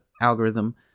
algorithm